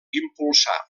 impulsà